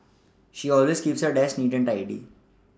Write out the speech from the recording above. she always keeps her desk neat and tidy